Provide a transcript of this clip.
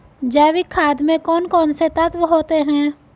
जैविक खाद में कौन कौन से तत्व होते हैं?